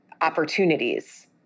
opportunities